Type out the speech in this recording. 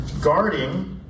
Guarding